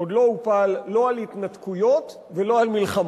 עוד לא הופל, לא על התנתקויות ולא על מלחמות.